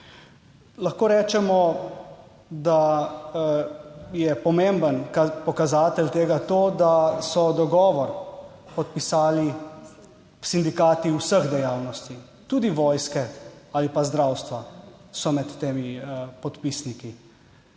Lahko rečemo, da je pomemben pokazatelj tega to, da so dogovor podpisali sindikati vseh dejavnosti, tudi vojske ali pa zdravstva so med temi podpisniki.